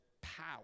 power